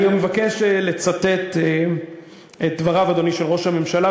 אני גם מבקש לצטט את דבריו של ראש הממשלה,